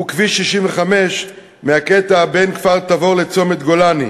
כביש 65 מהקטע בין כפר-תבור לצומת גולני.